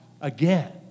again